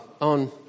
on